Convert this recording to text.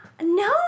No